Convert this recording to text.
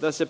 da se